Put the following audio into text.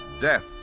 Death